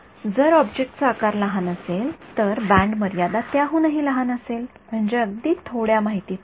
जर ऑब्जेक्टचा आकार लहान असेल तर बँड मर्यादा त्याहूनही लहान असेल म्हणजे अगदी थोड्या माहितीप्रमाणे